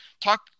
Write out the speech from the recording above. talk